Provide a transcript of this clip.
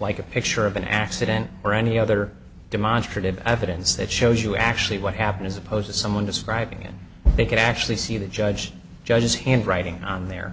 like a picture of an accident or any other demonstrative evidence that shows you actually what happened as opposed to someone describing it they can actually see the judge judge's handwriting on there